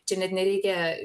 čia net nereikia